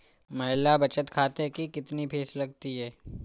महिला बचत खाते की कितनी फीस लगती है?